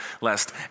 lest